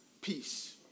peace